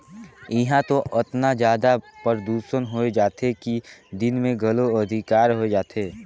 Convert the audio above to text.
इहां तो अतना जादा परदूसन होए जाथे कि दिन मे घलो अंधिकार होए जाथे